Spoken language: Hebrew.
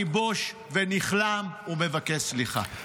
אני בוש ונכלם ומבקש סליחה.